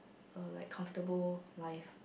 uh like comfortable life